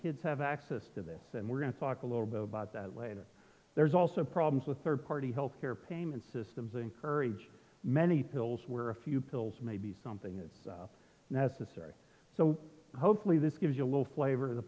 kids have access to this and we're going to talk a little bit about that later there's also problems with third party health care payment systems encourage many pills where a few pills maybe something is necessary so hopefully this gives you a little flavor of the